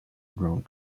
ground